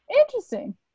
interesting